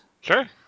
Sure